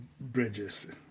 bridges